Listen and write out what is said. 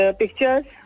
pictures